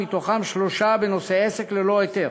מתוכם שלושה בנושא "עסק ללא היתר"